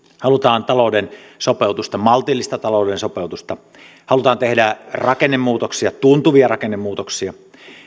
halutaan talouden sopeutusta maltillista talouden sopeutusta halutaan tehdä rakennemuutoksia tuntuvia rakennemuutoksia